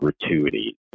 gratuity